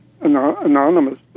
anonymous